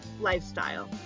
lifestyle